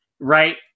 right